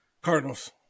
Cardinals